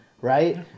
right